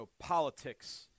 politics